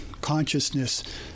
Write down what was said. consciousness